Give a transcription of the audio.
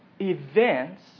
events